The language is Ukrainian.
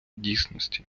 дійсності